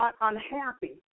unhappy